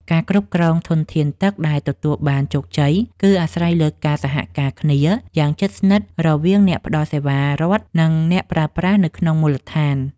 ការគ្រប់គ្រងធនធានទឹកដែលទទួលបានជោគជ័យគឺអាស្រ័យលើការសហការគ្នាយ៉ាងជិតស្និទ្ធរវាងអ្នកផ្តល់សេវារដ្ឋ និងអ្នកប្រើប្រាស់នៅក្នុងមូលដ្ឋាន។